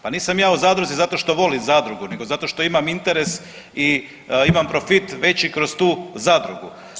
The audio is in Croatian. Pa nisam ja u zadruzi zato što voli zadrugu nego zato što imam interes i imam profit veći kroz tu zadrugu.